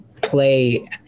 play